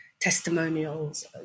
testimonials